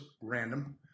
random